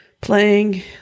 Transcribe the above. playing